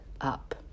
up